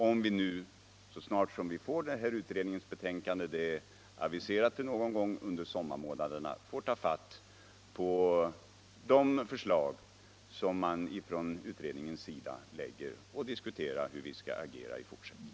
Så snart vi får denna utrednings betänkande, som är aviserat till någon gång under sommarmånaderna, får vi ta fatt på de förslag som framläggs från utredningens sida och diskutera hur vi skall agera i fortsättningen.